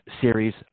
series